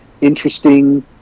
interesting